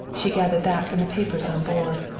she gathered that from the papers on board.